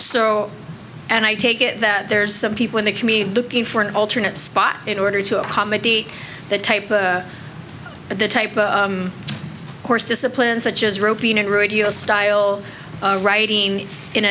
so and i take it that there's some people in the community looking for an alternate spot in order to accommodate that type but the type of course discipline such as roping rodeos style writing in